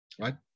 right